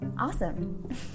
awesome